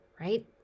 right